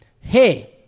hey